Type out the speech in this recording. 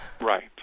Right